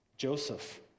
Joseph